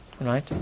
right